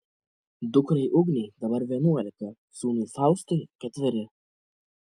dukrai ugnei dabar vienuolika sūnui faustui ketveri